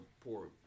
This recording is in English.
poor